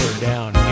down